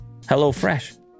HelloFresh